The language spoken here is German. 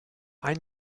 ein